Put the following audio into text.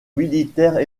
militaire